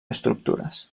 estructures